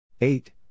eight